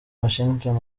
washington